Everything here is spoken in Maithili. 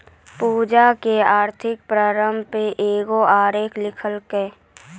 पूजा करो के आर्थिक प्रभाव पे एगो आलेख लिखलकै